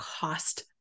cost